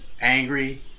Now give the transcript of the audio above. angry